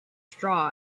straw